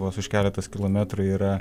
vos už keletas kilometrų yra